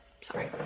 Sorry